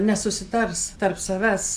nesusitars tarp savęs